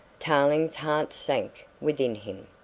tarling's heart sank within him.